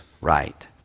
right